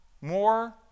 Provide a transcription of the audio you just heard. more